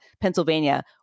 Pennsylvania